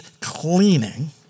cleaning